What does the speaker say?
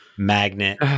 Magnet